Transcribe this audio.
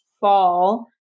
fall